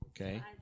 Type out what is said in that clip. okay